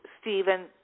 Stephen